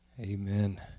Amen